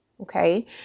okay